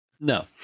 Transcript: No